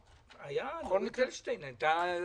נורית אלשטיין היתה גם